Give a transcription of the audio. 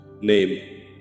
name